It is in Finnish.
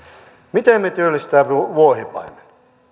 miten me työllistämme vuohipaimenen